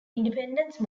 independence